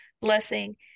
blessing